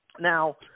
Now